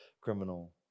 criminal